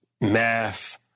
math